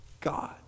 God